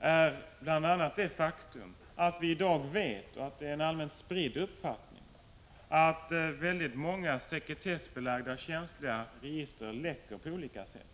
är bl.a. det faktum att vi i dag vet att det är en allmänt spridd uppfattning att väldigt många sekretessbelagda känsliga register läcker på olika sätt.